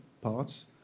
parts